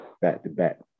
back-to-back